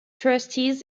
trustees